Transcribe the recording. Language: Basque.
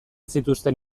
zituzten